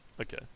okay